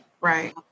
Right